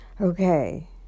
okay